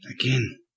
Again